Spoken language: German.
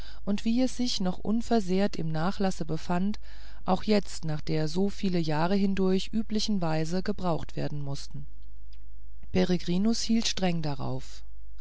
und wie es sich noch unversehrt im nachlasse befand auch jetzt nach der so viele jahre hindurch üblichen weise gebraucht werden mußte peregrinus hielt strenge darauf